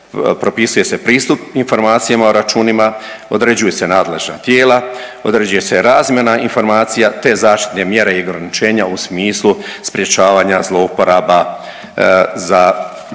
propisuje se pristup informacijama o računima, određuju se nadležna tijela, određuje se razmjena informacija te zaštitne mjere i ograničenja u smislu sprječavanja zlouporaba za provedbu